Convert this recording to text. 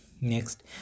Next